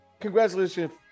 congratulations